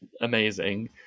amazing